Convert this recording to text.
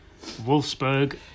Wolfsburg